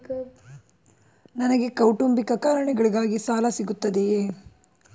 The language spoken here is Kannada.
ನನಗೆ ಕೌಟುಂಬಿಕ ಕಾರಣಗಳಿಗಾಗಿ ಸಾಲ ಸಿಗುತ್ತದೆಯೇ?